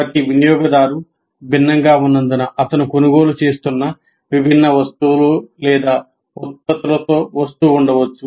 ప్రతి వినియోగదారు భిన్నంగా ఉన్నందున అతను కొనుగోలు చేస్తున్న విభిన్న వస్తువులు లేదా ఉత్పత్తులతో వస్తూ ఉండవచ్చు